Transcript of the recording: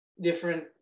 different